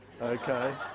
Okay